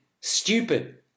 Stupid